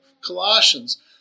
Colossians